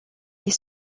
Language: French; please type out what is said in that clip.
les